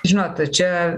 žinot čia